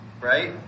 right